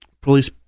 police